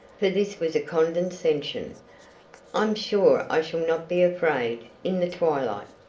for this was a condescension i'm sure i shall not be afraid in the twilight.